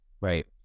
right